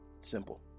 Simple